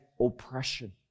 oppression